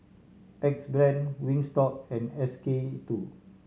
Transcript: Axe Brand Wingstop and S K Two